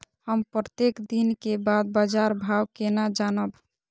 हम प्रत्येक दिन के बाद बाजार भाव केना जानब?